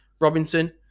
Robinson